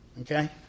Okay